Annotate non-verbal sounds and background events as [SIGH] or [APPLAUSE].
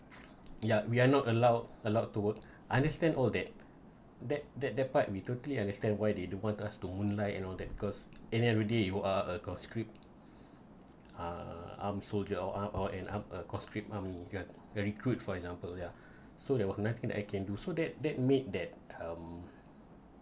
yeah we are not allowed allowed to work understand all that that that that part we totally understand why they don't want us to moonlight and all that because in every day if you are a conscript [BREATH] uh uh armed soldier or ah or an armed uh conscript army you're you are recruit for example yeah so there was nothing that I can do so that that made that um